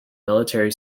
military